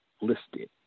listed